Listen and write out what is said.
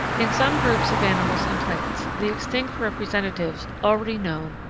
in some groups of animals and plants, the extinct representatives, already known,